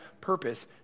purpose